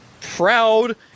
proud